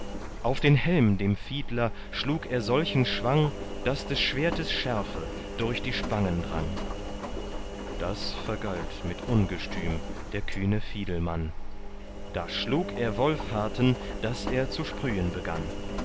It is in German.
auf den helm dem fiedler schlug er solchen schwang daß des schwertes schärfe durch die spangen drang das vergalt mit ungestüm der kühne fiedelmann da schlug er wolfharten daß er zu sprühen begann